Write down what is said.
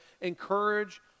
encourage